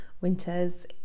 winters